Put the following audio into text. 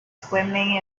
swimming